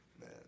man